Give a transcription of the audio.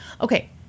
Okay